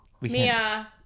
Mia